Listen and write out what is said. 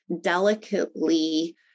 delicately